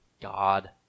God